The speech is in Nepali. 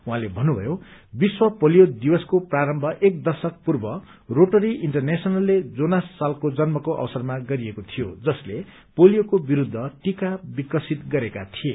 उहाँले भन्नुभएको छ विश्व पोलियो दिवसको प्रारम्भ एक दशक पूर्व रोटरी इन्टरनेशनलले जोनास साल्कको जन्मको अवसरमा गरिएको थियो जसले पोलियोको विरूद्ध टीका विकसित गरेका थिए